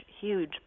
huge